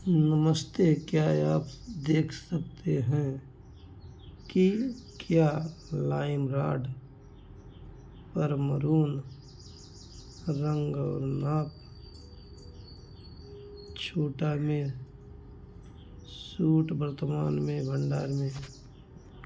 नमस्ते क्या आप देख सकते हैं कि क्या लाइमरॉड पर मरून रंग और नाप छोटा में सूट वर्तमान में भंडार में